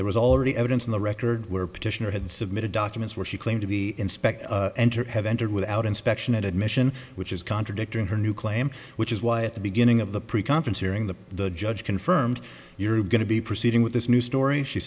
there was already evidence in the record where petitioner had submitted documents where she claimed to be inspector enter have entered without inspection admission which is contradictory her new claim which is why at the beginning of the preconference hearing the judge confirmed you're going to be proceeding with this new story she